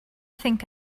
think